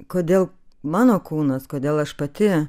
kodėl mano kūnas kodėl aš pati